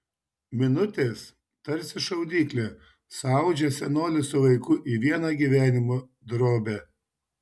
minutės tarsi šaudyklė suaudžia senolį su vaiku į vieną gyvenimo drobę